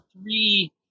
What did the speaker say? three